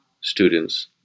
students